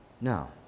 No